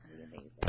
amazing